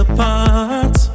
Apart